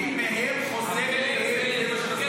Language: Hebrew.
הכסף שגובים מהם חוזר אליהם.